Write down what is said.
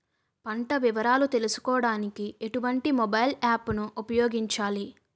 పంట వివరాలు తెలుసుకోడానికి ఎటువంటి మొబైల్ యాప్ ను ఉపయోగించాలి?